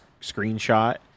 screenshot